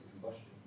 combustion